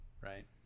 right